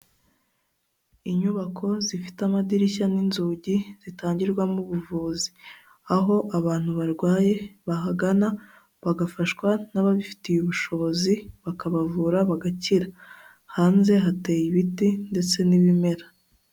Inyubako zifite amadirishya n'inzugi, zitangirwamo ubuvuzi. Aho abantu barwaye bahagana, bagafashwa n'ababifitiye ubushobozi, bakabavura bagakira. Hanze hateye ibiti ndetse n'ibimera.